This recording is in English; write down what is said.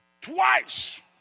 twice